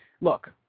Look